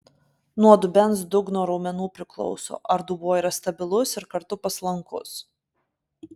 nuo dubens dugno raumenų priklauso ar dubuo yra stabilus ir kartu paslankus